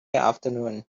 afternoon